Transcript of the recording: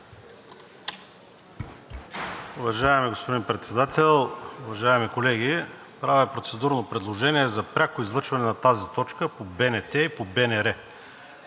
Уважаеми господин Председател, уважаеми колеги! Правя процедурно предложение за пряко излъчване на тази точка по БНТ 1 и БНР